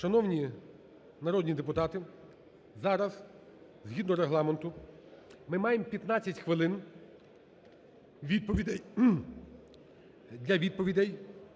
Шановні народні депутати! Зараз згідно Регламенту ми маємо 15 хвилин для відповідей